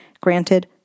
Granted